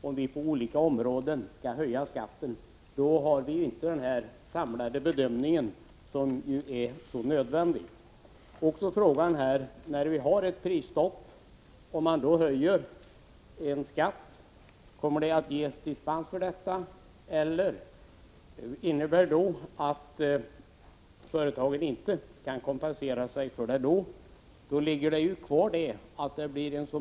Om vi skall höja skatten på olika områden, kan vi inte göra den samlade bedömning som ju är så nödvändig. Om man höjer en skatt när vi nu har ett prisstopp, innebär det då att företagen inte kan kompensera sig för höjningen, eller kommer det att ges dispens?